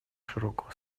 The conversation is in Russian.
широкого